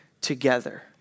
together